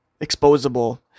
exposable